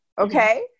okay